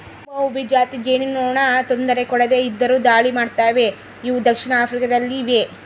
ಮೌಮೌಭಿ ಜಾತಿ ಜೇನುನೊಣ ತೊಂದರೆ ಕೊಡದೆ ಇದ್ದರು ದಾಳಿ ಮಾಡ್ತವೆ ಇವು ದಕ್ಷಿಣ ಆಫ್ರಿಕಾ ದಲ್ಲಿವೆ